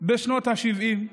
בשנות השבעים,